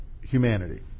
humanity